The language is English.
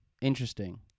Interesting